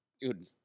Dude